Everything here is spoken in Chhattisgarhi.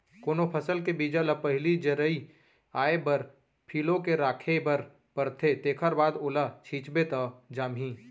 कोनो फसल के बीजा ल पहिली जरई आए बर फिलो के राखे बर परथे तेखर बाद ओला छिंचबे त जामही